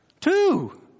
Two